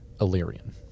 Illyrian